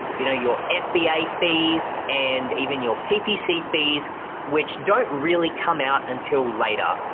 you know your fba fees and even your ppc fees which don't really come out until later.